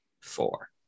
four